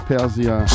Persia